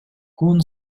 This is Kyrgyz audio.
күн